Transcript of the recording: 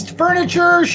furniture